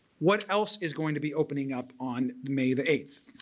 what else is going to be opening up on may the eighth?